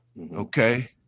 Okay